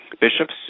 Bishops